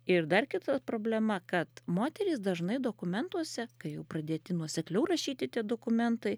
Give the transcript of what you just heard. ir dar kita problema kad moterys dažnai dokumentuose kai jau pradėti nuosekliau rašyti tie dokumentai